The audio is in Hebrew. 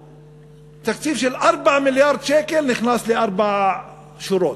תקציב של 4 מיליארד שקל נכנס לארבע שורות,